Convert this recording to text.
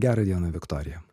gerą dieną viktorija